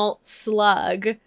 slug